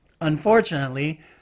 Unfortunately